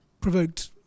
provoked